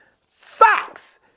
socks